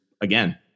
again